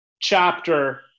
chapter